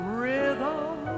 rhythm